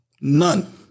None